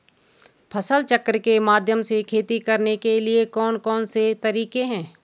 फसल चक्र के माध्यम से खेती करने के लिए कौन कौन से तरीके हैं?